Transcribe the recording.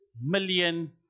million